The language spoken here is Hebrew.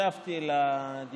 מצד